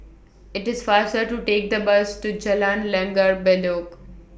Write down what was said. IT IS faster to Take The Bus to Jalan Langgar Bedok